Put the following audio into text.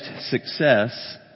success